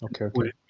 okay